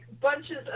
bunches